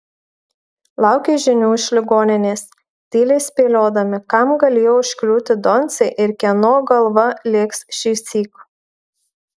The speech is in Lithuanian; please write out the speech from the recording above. laukė žinių iš ligoninės tyliai spėliodami kam galėjo užkliūti doncė ir kieno galva lėks šįsyk